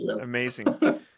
Amazing